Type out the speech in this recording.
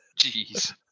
jeez